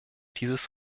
dieses